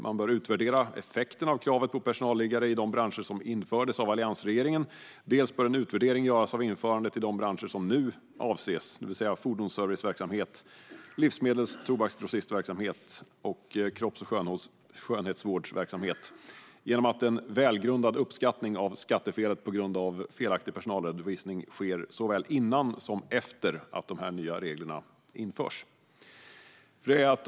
Man bör utvärdera effekten av kravet på personalliggare i de branscher som infördes av alliansregeringen, och man bör göra en utvärdering av införandet i de branscher som nu avses, det vill säga fordonsserviceverksamhet, livsmedels och tobaksgrossistverksamhet samt kropps och skönhetsvårdsverksamhet genom att en välgrundad uppskattning av skattefelet på grund av felaktig personalredovisning sker såväl innan som efter att de nya reglerna införs.